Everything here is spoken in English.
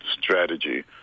strategy